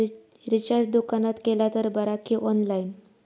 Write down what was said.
Recharge दुकानात केला तर बरा की ऑनलाइन?